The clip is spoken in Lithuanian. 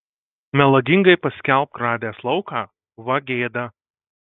melagingai paskelbk radęs lauką va gėda